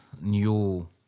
new